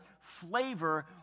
flavor